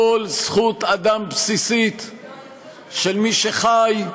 כל זכות אדם בסיסית של מי שחי,